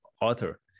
author